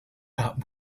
not